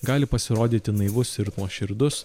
gali pasirodyti naivus ir nuoširdus